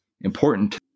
important